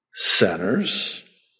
centers